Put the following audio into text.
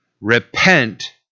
repent